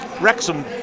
Wrexham